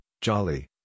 jolly